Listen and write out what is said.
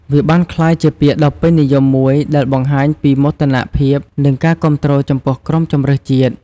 វាបានក្លាយជាពាក្យដ៏ពេញនិយមមួយដែលបង្ហាញពីមោទនភាព និងការគាំទ្រចំពោះក្រុមជម្រើសជាតិ។